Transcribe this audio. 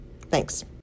Thanks